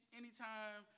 anytime